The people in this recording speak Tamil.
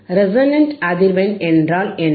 ரெசோனன்ட் அதிர்வெண் என்றால் என்ன